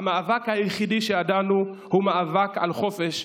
המאבק היחידי שידענו הוא מאבק על חופש דת,